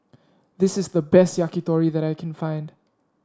this is the best Yakitori that I can find